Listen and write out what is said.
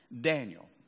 Daniel